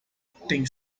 tem